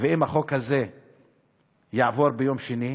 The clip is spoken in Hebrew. ואם החוק הזה יעבור ביום שני,